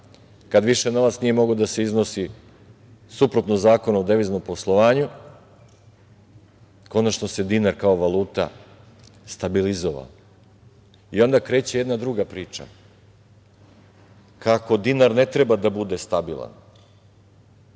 kada više novac nije mogao da se iznosi suprotno Zakonu o deviznom poslovanju konačno se dinar kao valuta stabilizovala. Onda kreće jedna druga priča kako dinar ne treba da bude stabilan.